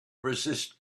resist